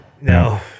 no